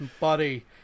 buddy